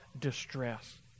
distress